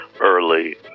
early